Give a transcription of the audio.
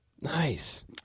Nice